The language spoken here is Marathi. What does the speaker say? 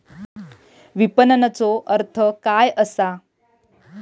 विपणनचो अर्थ काय असा?